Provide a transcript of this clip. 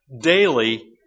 daily